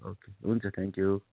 हुन्छ ओके हुन्छ thank you